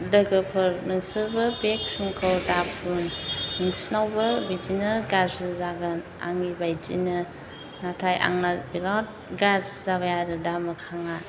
लोगोफोर नोंसोरबो बे क्रिमखौ दा फुन नोंसोरनावबो बिदिनो गाज्रि जागोन आंनि बायदिनो नाथाय आंना बिराद गाज्रि जाबाय आरो दा मोखाङा